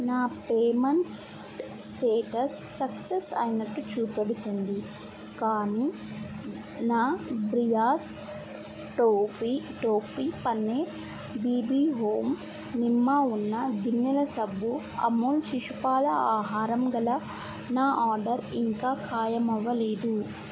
నా payment status success అయినట్టు చూపెడుతుంది కానీ నా బ్రియాస్ టోపీ టోఫీ పనీర్ బీబీ హోమ్ నిమ్మ ఉన్న గిన్నెల సబ్బు అమూల్ శిశువుల పాల ఆహారం గల నా ఆర్డర్ ఇంకా ఖాయమవ్వలేదు